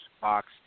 box